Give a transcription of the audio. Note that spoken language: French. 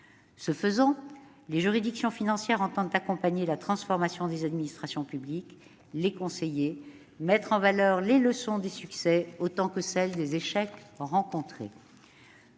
Ce faisant, les juridictions financières entendent accompagner la transformation des administrations publiques, les conseiller, mettre en valeur les leçons des succès autant que celles des échecs rencontrés.